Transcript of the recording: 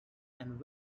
and